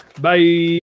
Bye